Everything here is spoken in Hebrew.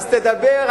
אז תדבר,